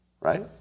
right